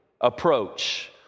approach